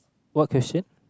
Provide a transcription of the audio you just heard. what question